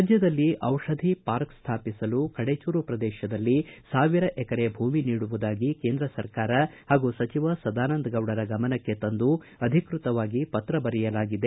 ರಾಜ್ಯದಲ್ಲಿ ದಿಷಧಿ ಪಾರ್ಕ್ ಸ್ಥಾಪಿಸಲ್ ಕಡೆಚೂರು ಪ್ರದೇಶದಲ್ಲಿ ಸಾವಿರ ಎಕರೆ ಭೂಮಿ ನೀಡುವುದಾಗಿ ಕೇಂದ್ರ ಸರ್ಕಾರ ಹಾಗೂ ಸಚಿವ ಸದಾನಂದಗೌಡರ ಗಮನಕ್ಕೆ ತಂದು ಅಧಿಕೃತವಾಗಿ ಪತ್ರ ಬರೆಯಲಾಗಿದೆ